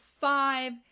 five